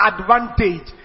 advantage